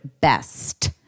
best